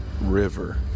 River